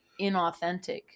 inauthentic